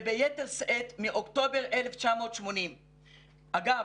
וביתר שאת מאוקטובר 1980. אגב,